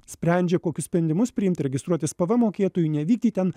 sprendžia kokius sprendimus priimt registruotis pvm mokėtoju nevykdyt ten